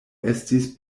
estis